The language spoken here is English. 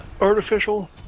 Artificial